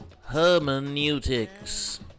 Hermeneutics